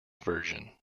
version